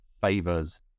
favors